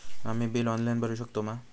आम्ही bill online भरुक शकतू मा?